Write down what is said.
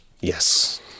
Yes